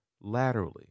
laterally